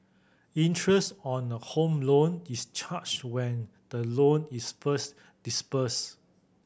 interest on a Home Loan is charged when the loan is first disbursed